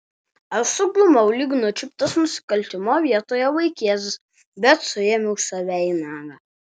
aš suglumau lyg nučiuptas nusikaltimo vietoje vaikėzas bet suėmiau save į nagą